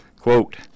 Quote